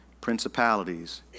principalities